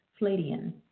Fladian